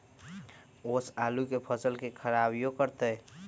ओस आलू के फसल के खराबियों करतै?